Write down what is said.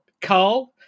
Carl